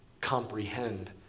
comprehend